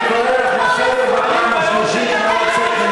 תדבר על עזה, לא על סוריה.